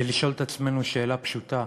זה לשאול את עצמנו שאלה פשוטה,